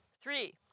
Three